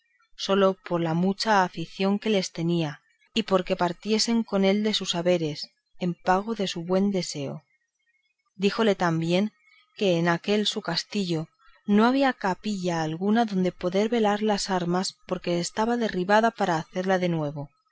sólo por la mucha afición que les tenía y porque partiesen con él de sus haberes en pago de su buen deseo díjole también que en aquel su castillo no había capilla alguna donde poder velar las armas porque estaba derribada para hacerla de nuevo